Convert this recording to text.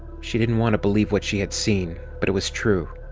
she didn't want to believe what she had seen, but it was true.